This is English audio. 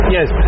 Yes